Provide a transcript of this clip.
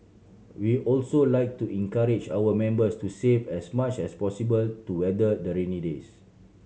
we also like to encourage our members to save as much as possible to weather the rainy days